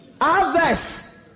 Others